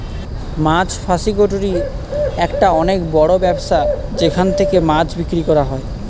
মাছ ফাসিকটোরি একটা অনেক বড় ব্যবসা যেখান থেকে মাছ বিক্রি করা হয়